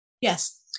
yes